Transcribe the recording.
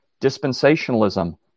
dispensationalism